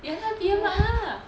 ya lah P_M mark lah